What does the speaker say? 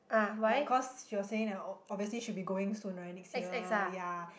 like cause she was saying that obviously she will be going soon right next year ya